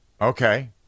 okay